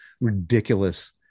ridiculous